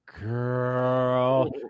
Girl